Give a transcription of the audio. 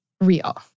real